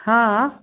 हा